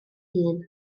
hun